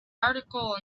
article